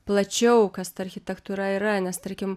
plačiau kas ta architektūra yra nes tarkim